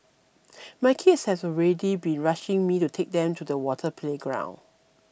my kids have already be rushing me to take them to the water playground